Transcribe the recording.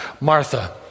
Martha